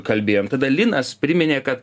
kalbėjom tada linas priminė kad